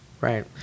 Right